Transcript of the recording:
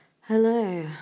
Hello